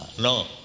No